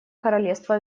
королевства